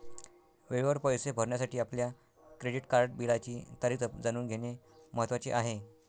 वेळेवर पैसे भरण्यासाठी आपल्या क्रेडिट कार्ड बिलाची तारीख जाणून घेणे महत्वाचे आहे